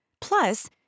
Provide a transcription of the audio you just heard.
Plus